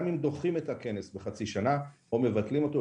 גם אם דוחים את הכנס או מבטלים אותו,